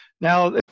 Now